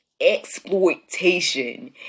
exploitation